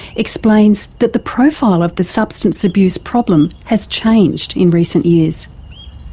explains that the profile of the substance abuse problem has changed in recent years.